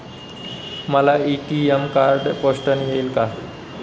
मला ATM card पोस्टाने येईल का?